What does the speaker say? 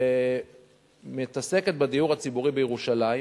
שמתעסקת בדיור הציבורי בירושלים,